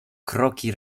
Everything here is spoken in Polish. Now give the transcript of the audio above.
kroki